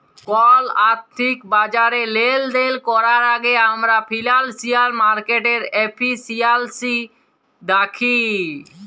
call আথ্থিক বাজারে লেলদেল ক্যরার আগে আমরা ফিল্যালসিয়াল মার্কেটের এফিসিয়াল্সি দ্যাখি